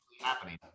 happening